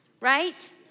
right